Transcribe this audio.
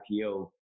IPO